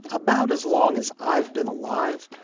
about as long as i've been alive.